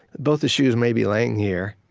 both the shoes may be laying here.